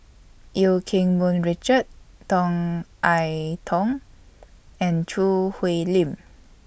EU Keng Mun Richard Tan I Tong and Choo Hwee Lim